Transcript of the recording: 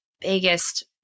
biggest